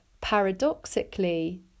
paradoxically